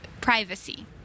privacy